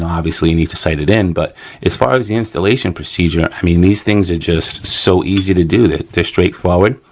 obviously you need to sight it in but as far as the installation procedure, i mean these things are just so easy to do. they're straightforward,